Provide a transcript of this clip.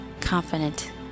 confident